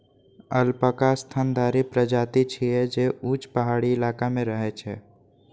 alpaca स्तनधारी प्रजाति छियै, जे ऊंच पहाड़ी इलाका मे रहै छै